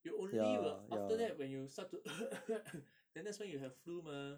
you only will after that when you start to then that's when you have flu mah